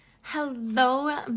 Hello